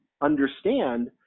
understand